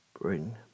Bring